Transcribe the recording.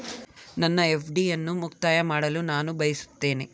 ನನ್ನ ಎಫ್.ಡಿ ಅನ್ನು ಮುಕ್ತಾಯ ಮಾಡಲು ನಾನು ಬಯಸುತ್ತೇನೆ